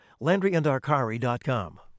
landryandarkari.com